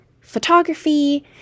photography